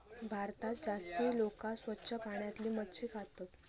भारतात जास्ती लोका स्वच्छ पाण्यातली मच्छी खातत